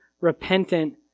repentant